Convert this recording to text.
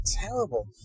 terrible